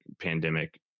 pandemic